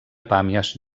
pàmies